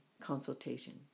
consultations